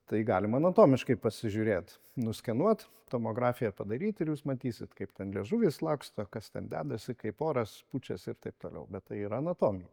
tai galim anatomiškai pasižiūrėt nuskenuot tomografiją padaryt ir jūs matysit kaip ten liežuvis laksto kas ten dedasi kaip oras pučiasi ir taip toliau bet tai yra anatomija